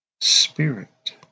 Spirit